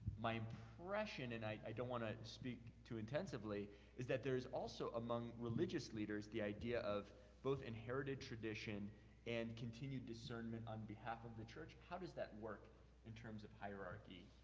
my impression, and i don't want to speak too intensively is that there is also among religious leaders the idea of both inherited tradition and continued discernment on behalf of the church. how does that work in terms of hierarchy?